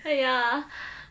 ya